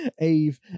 Eve